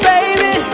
Baby